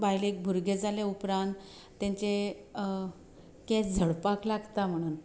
बायलेक भुरगें जाले उपरांत तांचे केंस झडपाक लागता म्हणून